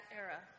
era